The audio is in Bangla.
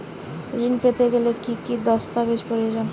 ঋণ পেতে গেলে কি কি দস্তাবেজ প্রয়োজন?